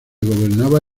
gobernaba